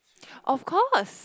of course